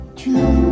true